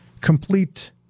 complete